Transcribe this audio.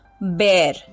bear